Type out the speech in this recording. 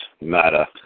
matter